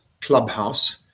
clubhouse